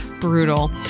Brutal